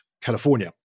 California